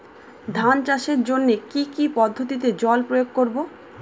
ধান চাষের জন্যে কি কী পদ্ধতিতে জল প্রয়োগ করব?